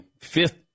fifth